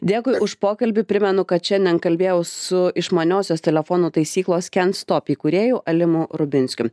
dėkui už pokalbį primenu kad šiandien kalbėjau su išmaniosios telefonų taisyklos kent stop įkūrėju alimu rubinskiu